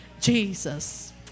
Jesus